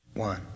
One